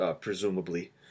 presumably